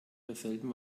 derselben